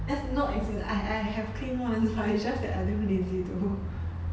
that's not as in I I have clean one but it's just that I damn lazy to